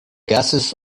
gases